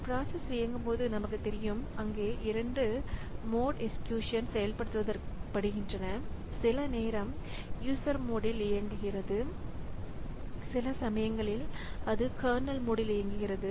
ஒரு பிராசஸ் இயங்கும்போது நமக்குத் தெரியும் அங்கே 2 மோட் எக்சீக்யூசன் செயல்படுத்தப்படுகின்றன சில நேரம் யூசர் மோடில் இயங்குகிறது சில சமயங்களில் அது கர்னல் மோடில் இயங்குகிறது